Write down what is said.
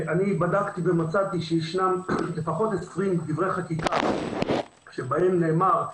בדקתי ומצאתי שיש לפחות עשרים דברי חקיקה שבהם נאמר,